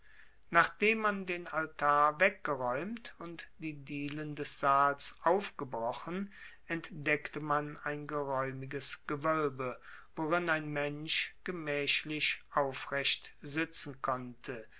nachdem man den altar weggeräumt und die dielen des saals aufgebrochen entdeckte man ein geräumiges gewölbe worin ein mensch gemächlich aufrecht sitzen konnte